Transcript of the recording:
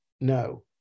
No